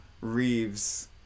Reeves